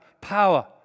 power